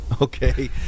Okay